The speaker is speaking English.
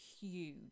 huge